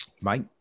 Mike